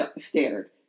stared